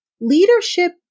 Leadership